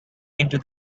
into